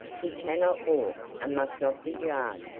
he cannot walk, and must not be jarred.